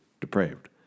depraved